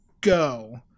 go